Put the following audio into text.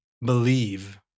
believe